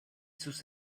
sus